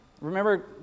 remember